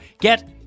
get